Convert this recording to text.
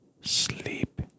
sleep